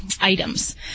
items